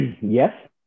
yes